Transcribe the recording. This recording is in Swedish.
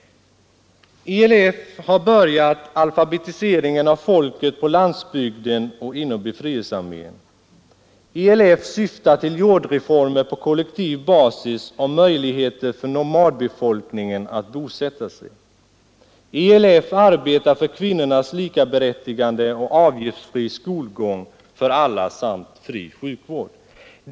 ELF har börjat alfabetiseringen av folket på landsbygden och inom befrielsearmén. ELF syftar till jordreformer på kollektiv basis och möjligheter för nomadbefolkningen att bosätta sig. ELF arbetar för kvinnornas likaberättigande, avgiftsfri skolgång för alla samt fri sjukvård.